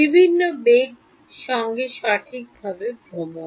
বিভিন্ন বেগ সঙ্গে সঠিকভাবে ভ্রমণ